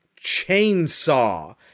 chainsaw